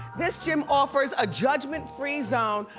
this gym offers a judgment free zone.